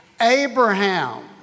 Abraham